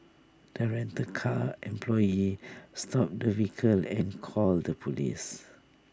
the rental car employee stopped the vehicle and called the Police